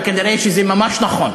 וכנראה זה ממש נכון.